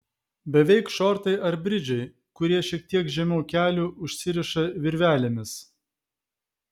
beveik šortai ar bridžai kurie šiek tiek žemiau kelių užsiriša virvelėmis